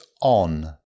on